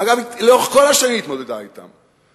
אגב, לאורך כל השנים היא התמודדה אתם.